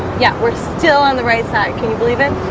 yeah, we're still on the right side. can you believe it?